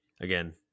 again